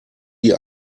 die